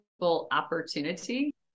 opportunity